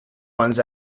ones